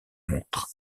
montre